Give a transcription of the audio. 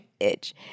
edge